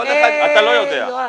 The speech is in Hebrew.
אתה לא יודע.